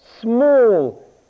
small